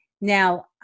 now